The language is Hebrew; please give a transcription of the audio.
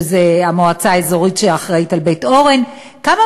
המועצה האזורית שאחראית לבית-אורן: כמה